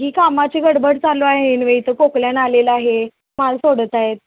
ही कामाची गडबड चालू आहे एनवे इथं कोकल्यान आलेलं आहे माल सोडत आहेत